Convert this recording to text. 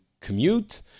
commute